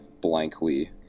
blankly